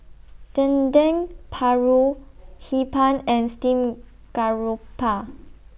Dendeng Paru Hee Pan and Steamed Garoupa